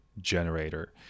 generator